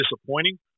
disappointing